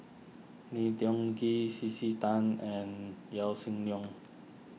Lim Tiong Ghee C C Tan and Yaw Shin Leong